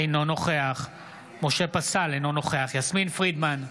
אינו נוכח משה פסל, אינו נוכח יסמין פרידמן,